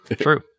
true